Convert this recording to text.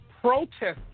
protesting